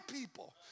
people